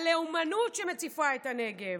על הלאומנות שמציפה את הנגב.